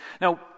Now